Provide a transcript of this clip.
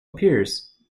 appears